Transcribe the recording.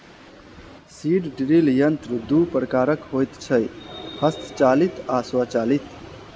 seed drill यंत्र दू प्रकारक होइत छै, हस्तचालित आ स्वचालित